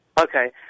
Okay